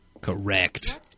Correct